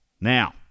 Now